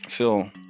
Phil